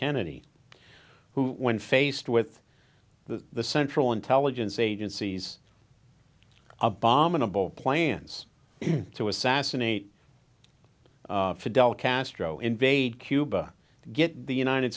kennedy who when faced with the central intelligence agency's abominable plans to assassinate fidel castro invade cuba get the united